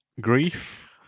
grief